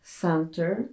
center